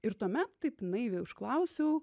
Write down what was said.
ir tuomet taip naiviai užklausiau